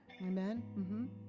Amen